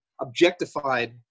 objectified